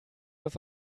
das